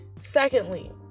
Secondly